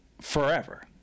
forever